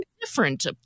different